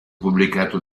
pubblicato